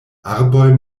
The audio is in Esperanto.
arboj